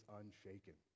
unshaken